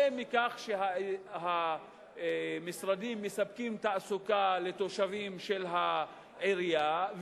ומכך שהמשרדים מספקים תעסוקה לתושבים של העירייה,